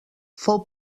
fou